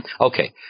Okay